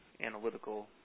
analytical